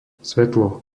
svetlo